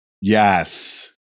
yes